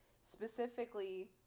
specifically